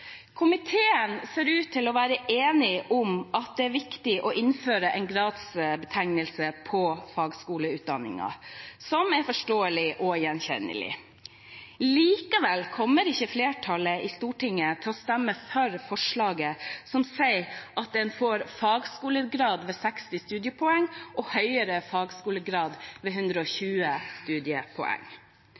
ser komiteen ut til å være enig om at det er viktig å innføre en gradsbetegnelse for fagskoleutdanningen som er forståelig og gjenkjennelig. Likevel kommer ikke flertallet på Stortinget til å stemme for forslaget som går ut på at en skal få fagskolegrad ved 60 studiepoeng og høyere fagskolegrad ved 120 studiepoeng.